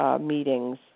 meetings